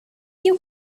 you